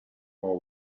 for